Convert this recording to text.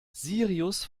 sirius